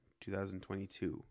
2022